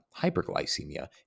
Hyperglycemia